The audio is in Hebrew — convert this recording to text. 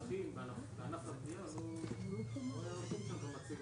הדוח שיצא ממש אתמול על ידי המועצה